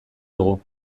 dugu